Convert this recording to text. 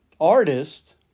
artist